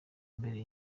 mbere